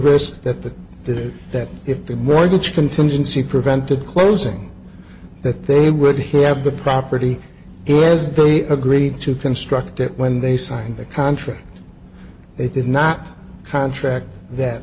the that that if the mortgage contingency prevented closing that they would have the property as they agreed to construct it when they signed the contract they did not contract that